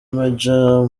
major